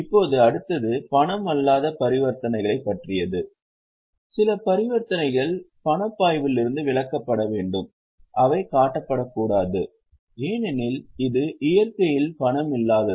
இப்போது அடுத்தது பணமல்லாத பரிவர்த்தனைகளைப் பற்றியது சில பரிவர்த்தனைகள் பணப்பாய்விலிருந்து விலக்கப்பட வேண்டும் அவை காட்டப்படக்கூடாது ஏனெனில் இது இயற்கையில் பணமில்லாதது